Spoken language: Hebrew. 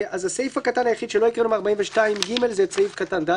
אז הסעיף הקטן היחיד שלא הקראנו מ-42ג זה את סעיף קטן (ד)